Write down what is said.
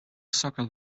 soccer